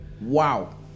Wow